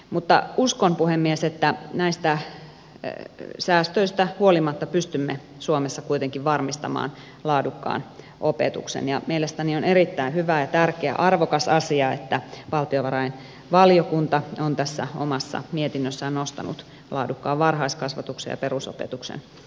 mutta uskon puhemies että näistä säästöistä huolimatta pystymme suomessa kuitenkin varmistamaan laadukkaan opetuksen ja mielestäni on erittäin hyvä tärkeä ja arvokas asia että valtiovarainvaliokunta on tässä omassa mietinnössään nostanut laadukkaan varhaiskasvatuksen ja perusopetuksen esiin